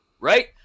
right